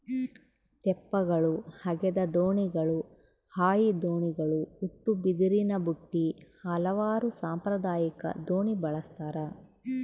ತೆಪ್ಪಗಳು ಹಗೆದ ದೋಣಿಗಳು ಹಾಯಿ ದೋಣಿಗಳು ಉಟ್ಟುಬಿದಿರಿನಬುಟ್ಟಿ ಹಲವಾರು ಸಾಂಪ್ರದಾಯಿಕ ದೋಣಿ ಬಳಸ್ತಾರ